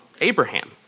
Abraham